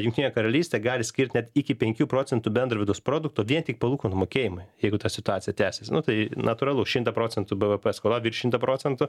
jungtinė karalystė gali skirti net iki penkių procentų bendro vidaus produkto vien tik palūkanų mokėjimui jeigu ta situacija tęsis tai natūralu šimtą procentų bvp skola šimtą procentų